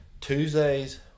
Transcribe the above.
Tuesdays